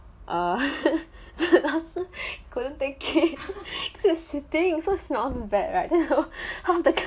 err the 老师 couldn't take it he was shitting so bad right